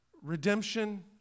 Redemption